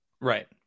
Right